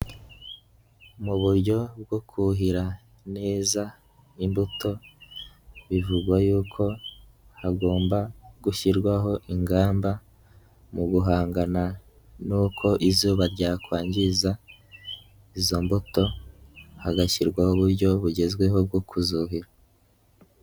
Mu buryo bwo kuhira neza imbuto bivugwa y'uko hagomba gushyirwaho ingamba mu guhangana n'uko izuba ryakwangiza izo mbuto, hagashyirwaho uburyo bugezweho bwo kuzuhira.